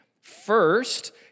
First